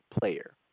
player